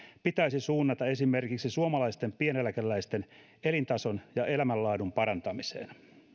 pitäisi suunnata esimerkiksi suomalaisten pieneläkeläisten elintason ja elämänlaadun parantamiseen